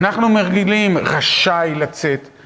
אנחנו מרגילים רשאי לצאת